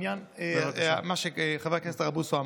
בעניין מה שאמר חבר הכנסת הרב בוסו,